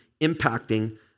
impacting